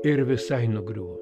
ir visai nugriuvo